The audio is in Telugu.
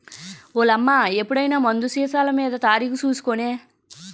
ఓలమ్మా ఎప్పుడైనా మందులు సీసామీద తారీకు సూసి కొనే